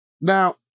Now